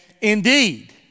indeed